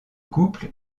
couple